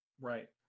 Right